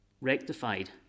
rectified